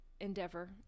endeavor